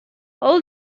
all